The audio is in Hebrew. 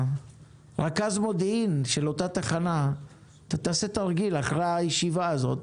רכז המודיעין של אותה תחנה, תעשה תרגיל אחרי הישיבה הזאת